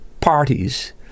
parties